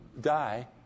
die